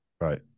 Right